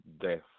death